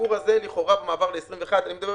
הסיפור הזה לכאורה במעבר ל-21', ואני מדבר